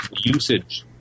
usage